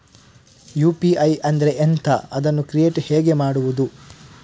UPI ಅಂದ್ರೆ ಎಂಥ? ಅದನ್ನು ಕ್ರಿಯೇಟ್ ಹೇಗೆ ಮಾಡುವುದು?